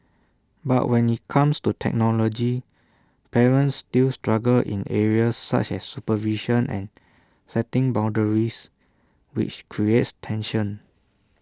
but when IT comes to technology parents still struggle in areas such as supervision and setting boundaries which creates tension